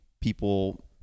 people